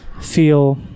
feel